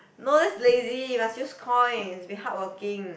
no that's lazy must use coin be hardworking